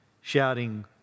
shouting